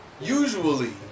Usually